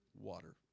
water